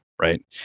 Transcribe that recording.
Right